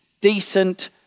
decent